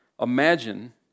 Imagine